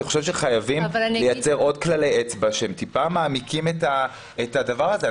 אני חושב שחייבים לייצר עוד כללי אצבע שהם טיפה מעמיקים את הדבר הזה.